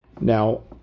Now